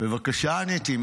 בבקשה, עניתי.